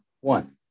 one